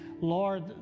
Lord